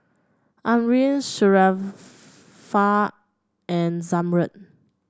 Amrin Sharifah and Zamrud